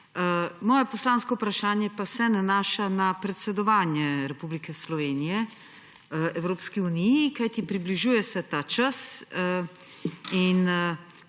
Moje poslansko vprašanje pa se nanaša na predsedovanje Republike Slovenije Evropski uniji, kajti približuje se ta čas, in